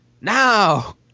Now